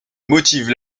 motive